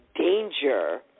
danger